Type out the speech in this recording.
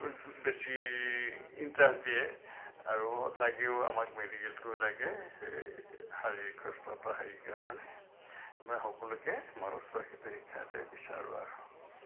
বেছি ইণ্টাৰেষ্ট দিয়ে আৰু লাগেও আমাক মেডিকেলটোও লাগে হেৰি কাৰণে মই সকলোকে মই উচ্চ শিক্ষিত হোৱাটো বিচাৰো আৰু